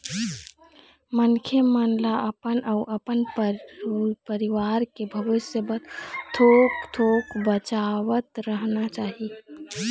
मनखे मन ल अपन अउ अपन परवार के भविस्य बर थोक थोक बचावतरहना चाही